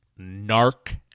narc